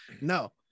No